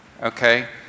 okay